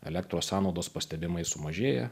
elektros sąnaudos pastebimai sumažėja